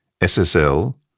SSL